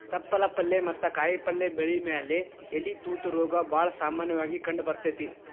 ತಪ್ಪಲ ಪಲ್ಲೆ ಮತ್ತ ಕಾಯಪಲ್ಲೆ ಬೆಳಿ ಮ್ಯಾಲೆ ಎಲಿ ತೂತ ರೋಗ ಬಾಳ ಸಾಮನ್ಯವಾಗಿ ಕಂಡಬರ್ತೇತಿ